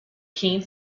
king